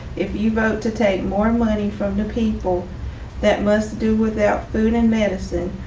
if you vote to take more and money from the people that must do without food and medicine,